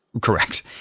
correct